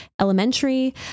Elementary